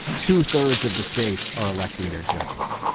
two-thirds of the states are electing their judges.